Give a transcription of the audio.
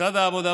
משרד העבודה,